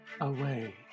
away